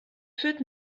fêtes